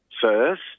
first